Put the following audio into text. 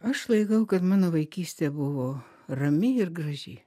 aš laikau kad mano vaikystė buvo rami ir graži